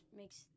makes